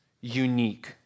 unique